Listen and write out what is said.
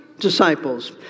disciples